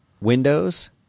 Windows